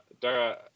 Dara